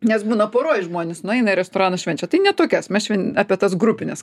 nes būna poroj žmonės nueina į restoraną švenčia tai ne tokias mes apie tas grupines